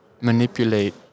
manipulate